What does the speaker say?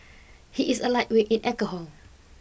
he is a lightweight in alcohol